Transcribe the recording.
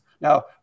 Now